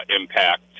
impact